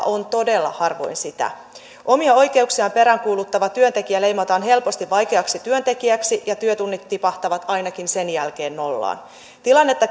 on todella harvoin sitä omia oikeuksiaan peräänkuuluttava työntekijä leimataan helposti vaikeaksi työntekijäksi ja työtunnit tipahtavat ainakin sen jälkeen nollaan tilannetta